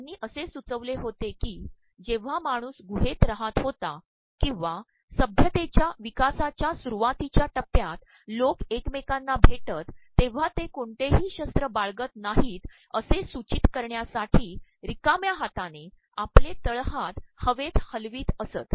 त्यांनी असे सुचवले होते की जेव्हा माणूस गुहेत राहात होता ककंवा सभ्यतेच्या प्रवकासाच्या सुरुवातीच्या िटटयात लोक एकमेकांना भेित तेव्हा ते कोणतेही शस्त्र बाळगत नाहीत असेसूचचत करण्यासाठी ररकाम्या हाताने आपलेतळहात हवेत हलप्रवत असत